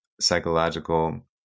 psychological